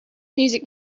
music